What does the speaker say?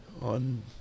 on